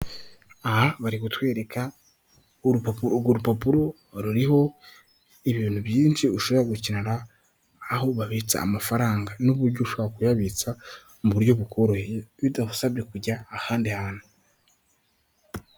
Aha bari kutwereka urupapuro, urwo rupapuro ruriho ibintu byinshi ushobora gukenera aho babitsa amafaranga n'uburyo ushobora kuyabitsa mu buryo bukoroheye bitagusabye kujya ahandi hantu.